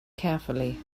carefully